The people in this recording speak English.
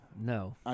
No